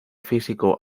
físico